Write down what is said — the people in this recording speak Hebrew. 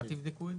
מה תבדקו?